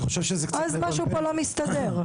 אז משהו פה לא מסתדר.